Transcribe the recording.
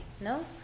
no